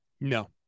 No